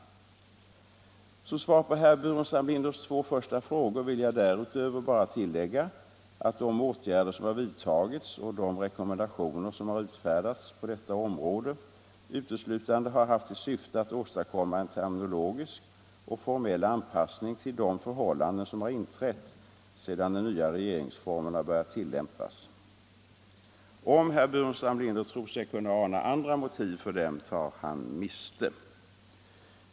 Som svar på herr Burenstam Linders två första frågor vill jag därutöver bara tillägga att de åtgärder som har vidtagits och de rekommendationer som har utfärdats på detta område uteslutande har haft till syfte att åstadkomma en terminologisk och formell anpassning till de förhållanden som har inträtt sedan den nya regeringsformen har börjat tillämpas. Om herr Burenstam Linder tror sig kunna ana andra motiv för dem, tar han miste.